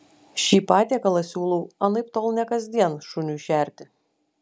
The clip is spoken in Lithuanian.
šį patiekalą siūlau anaiptol ne kasdien šuniui šerti